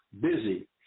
busy